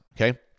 okay